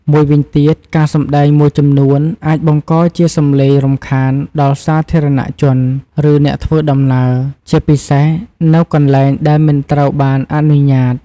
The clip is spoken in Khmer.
មួយវិញទៀត ការសម្ដែងមួយចំនួនអាចបង្កជាសំឡេងរំខានដល់សាធារណជន ឬអ្នកធ្វើដំណើរ ជាពិសេសនៅកន្លែងដែលមិនត្រូវបានអនុញ្ញាត។